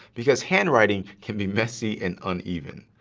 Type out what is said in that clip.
because handwriting can be messy and uneven.